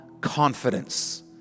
confidence